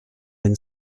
when